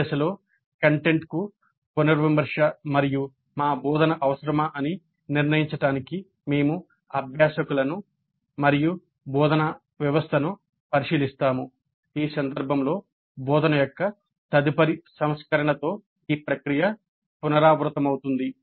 ఈ దశలో కంటెంట్ కు పునర్విమర్శ మరియు మా బోధన అవసరమా అని నిర్ణయించడానికి మేము అభ్యాసకులను మరియు బోధనా వ్యవస్థను పరిశీలిస్తాము ఈ సందర్భంలో బోధన యొక్క తదుపరి సంస్కరణతో ఈ ప్రక్రియ పునరావృతమవుతుంది